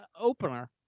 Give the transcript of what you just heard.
opener